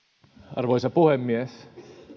arvoisa puhemies